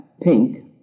pink